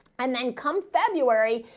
and then come february.